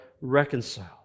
reconciled